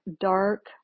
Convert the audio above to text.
dark